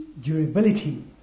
durability